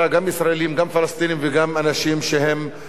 גם פלסטינים וגם אנשים שהם מחוץ-לארץ.